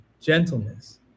gentleness